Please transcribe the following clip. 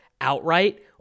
outright